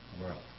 world